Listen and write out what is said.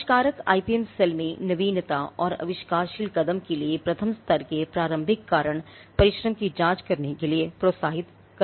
आविष्कारक IPM cell में नवीनता और आविष्कारशील कदम के लिए प्रथम स्तर के प्रारंभिक कारण परिश्रम की जाँच करने के लिए प्रोत्साहित कर रहे हैं